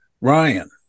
Ryan